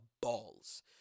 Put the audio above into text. balls